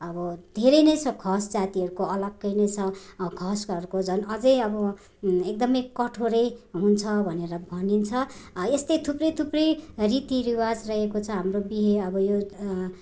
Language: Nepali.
अब धरै नै छ खस जातिहरूको अलग्गै नै छ खसहरूको झन् अझ अब एकदम कठोर हुन्छ भनेर भनिन्छ यस्तै थुप्रै थुप्रै रीति रिवाज रहेको छ हाम्रो बिहे अब यो